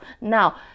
Now